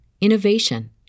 innovation